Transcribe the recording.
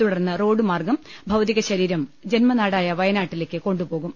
തുടർന്ന് റോഡുമാർഗം ഭൌതികശരീരം ജന്മനാടായ വയനാട്ടിലേക്ക് കൊണ്ടുപോകും